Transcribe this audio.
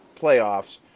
playoffs